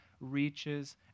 reaches